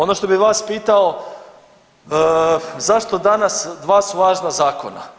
Ono što bih vas pitao zašto danas, dva su važna zakona.